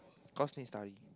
cause need study